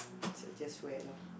so just wear lor